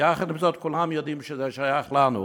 יחד עם זאת, כולם יודעים שזה שייך לנו.